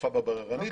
אכיפה בררנית.